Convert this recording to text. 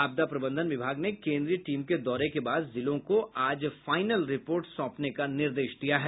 आपदा प्रबंधन विभाग ने केन्द्रीय टीम के दौरे के बाद जिलों को आज फाइनल रिपोर्ट सौंपने का निर्देश दिया है